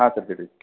ಹಾಂ ಸರ್ ಹೇಳಿ